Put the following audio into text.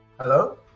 Hello